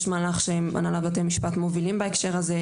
יש מהלך שהנהלת בתי המשפט מובילים בהקשר הזה.